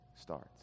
starts